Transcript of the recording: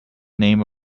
name